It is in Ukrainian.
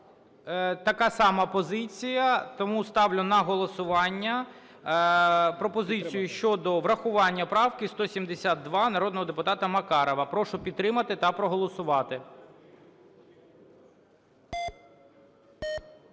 Така сама позиція, тому ставлю на голосування пропозицію щодо врахування правки 172 народного депутата Макарова. Прошу підтримати та проголосувати.